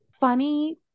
funny